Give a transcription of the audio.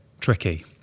tricky